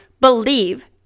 believe